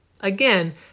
Again